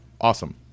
Awesome